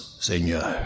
Seigneur